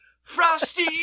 frosty